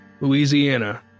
Louisiana